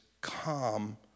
Calm